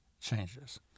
changes